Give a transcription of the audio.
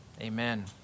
Amen